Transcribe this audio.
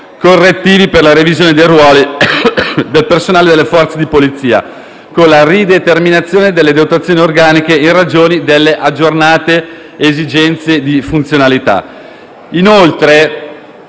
correttivi per la revisione dei ruoli del personale delle Forze di Polizia, con la rideterminazione delle dotazioni organiche in ragione delle aggiornate esigenze di funzionalità.